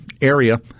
area